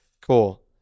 Cool